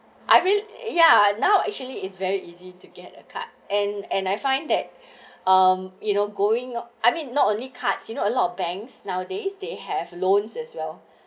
I mean ya now actually it's very easy to get a card and and I find that um you know going I mean not only cards you know a lot of banks nowadays they have loans as well